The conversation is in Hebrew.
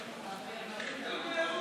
הכנסת,